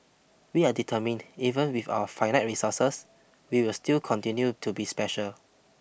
we are determined even with our finite resources we will still continue to be special